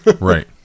Right